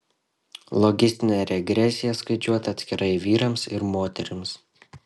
logistinė regresija skaičiuota atskirai vyrams ir moterims